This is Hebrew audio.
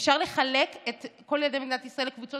אפשר לחלק את כל ילדי מדינת ישראל לקבוצות